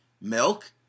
milk